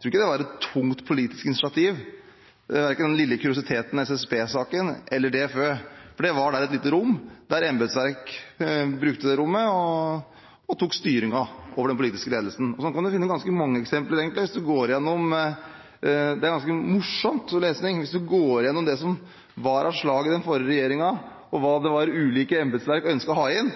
tror ikke det var noe tungt politisk initiativ, verken den lille kuriositeten om SSB-saken eller når det gjelder DFØ. Der var det et lite rom. Embetsverket brukte det rommet og tok styringen over den politiske ledelsen. Det kan man egentlig finne ganske mange eksempler på hvis man går gjennom dette. Det er ganske morsom lesning å gå gjennom det som var av slag under den forrige regjeringen, hva det var ulike embetsverk ønsket å ha inn,